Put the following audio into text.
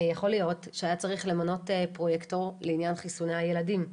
יכול להיות שהיה צריך למנות פרוייקטור לעניין חיסוני הילדים,